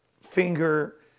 finger